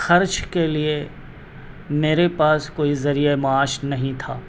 خرچ کے لئے میرے پاس کوئی ذریعہ معاش نہیں تھا